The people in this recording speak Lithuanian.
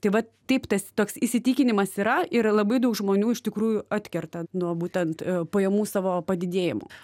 tai vat taip tas toks įsitikinimas yra ir labai daug žmonių iš tikrųjų atkerta nuo būtent pajamų savo padidėjimo